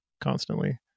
constantly